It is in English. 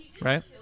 Right